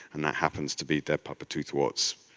and that happens to be that papa toothwort's